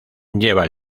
lleva